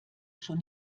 schon